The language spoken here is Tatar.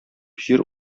җир